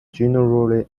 generally